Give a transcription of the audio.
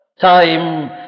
Time